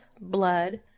blood